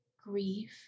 grief